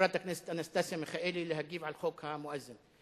חברת הכנסת אנסטסיה מיכאלי, להגיב על חוק המואזין.